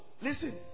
listen